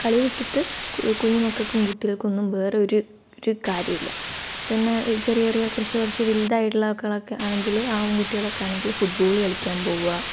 കളി വിട്ടിട്ട് കുഞ്ഞു മക്കൾക്കും കുട്ടികൾക്കൊന്നും വേറൊരു ഒരു കാര്യമില്ല പിന്നെ ചെറിയ ചെറിയ കുറച്ച് കുറച്ച് വലുതായിട്ടുള്ള ആൾക്കാരൊക്കെ ആണെങ്കിൽ ആൺ കുട്ടികളൊക്കെ ആണെങ്കിൽ ഫുഡ്ബോൾ കളിക്കാൻ പോവുക